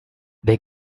they